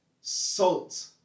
salt